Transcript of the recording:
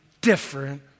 different